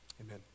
Amen